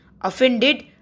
offended